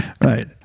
right